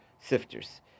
sifters